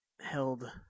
held